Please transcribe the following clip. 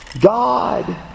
God